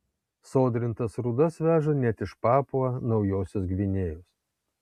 sodrintas rūdas veža net iš papua naujosios gvinėjos